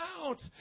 out